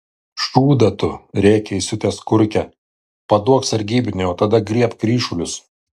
šūdą tu rėkia įsiutęs kurkė paduok sargybiniui o tada griebk ryšulius